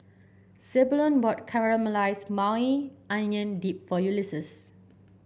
Zebulon bought Caramelized Maui Onion Dip for Ulises